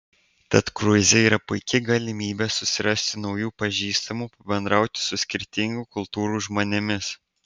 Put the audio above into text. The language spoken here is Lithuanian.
tad kruize yra puiki galimybė susirasti naujų pažįstamų pabendrauti su skirtingų kultūrų žmonėmis